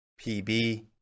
PB